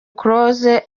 close